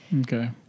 Okay